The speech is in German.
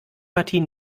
partie